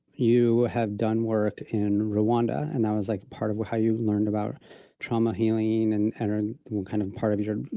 you have done work in rwanda. and that was like, part of what how you learned about trauma, healing and kind of part of your,